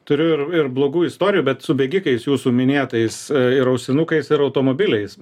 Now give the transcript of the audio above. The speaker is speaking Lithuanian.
turiu ir ir blogų istorijų bet su bėgikais jūsų minėtais ir ausinukais ir automobiliais